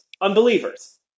unbelievers